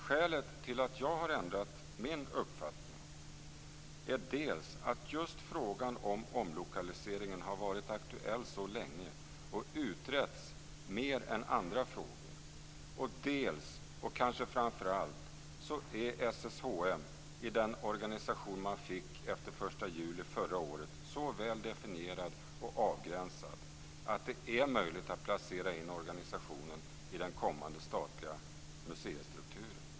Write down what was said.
Skälet till att jag har ändrat min uppfattning är dels att just frågan om omlokaliseringen har varit aktuell så länge och utretts mer än andra frågor, dels - och kanske framför allt - är SSHM i den organisation man fick efter den 1 juli förra året så väl definierad och avgränsad att det är möjligt att placera in organisationen i den kommande statliga museistrukturen.